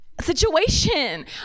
situation